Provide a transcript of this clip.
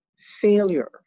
failure